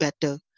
better